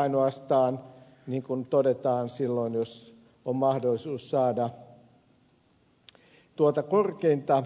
ainoastaan silloin niin kuin todetaan jos on mahdollisuus saada tuota korkeinta